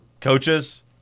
coaches